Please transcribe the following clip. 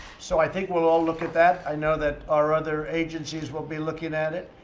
so i think we'll all look at that. i know that our other agencies will be looking at it.